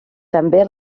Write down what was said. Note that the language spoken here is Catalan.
també